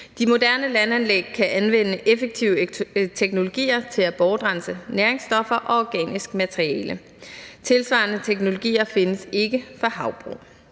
De moderne landanlæg kan anvende effektive teknologier til at bortrense næringsstoffer og organisk materiale. Tilsvarende teknologier findes ikke for havbrug.